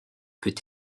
peut